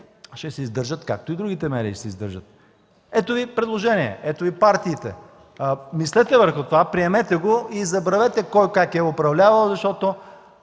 ще се издържат, както и другите медии се издържат. Ето Ви предложение, ето и партиите – мислете върху това, приемете го и забравете кой, как е управлявал, защото